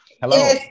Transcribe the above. Hello